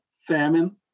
famine